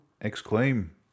Exclaim